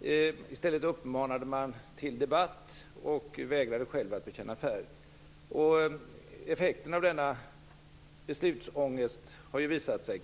I stället uppmanade man till debatt och vägrade att själv bekänna färg. Effekten av denna beslutsångest har ju visat sig.